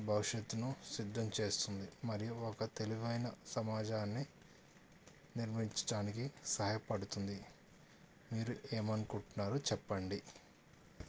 భవిష్యత్తును సిద్ధం చేస్తుంది మరియు ఒక తెలివైన సమాజాన్ని నిర్మించడానికి సహాయపడుతుంది మీరు ఏమనుకుంటున్నారు చెప్పండి